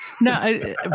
No